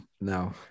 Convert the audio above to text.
no